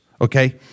okay